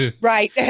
Right